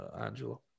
Angelo